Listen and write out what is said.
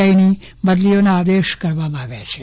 આઇની બદલીઓના આદેશ કરવામાં આવ્યા છે